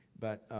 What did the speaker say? but